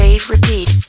Repeat